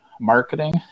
marketing